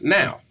now